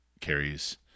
carries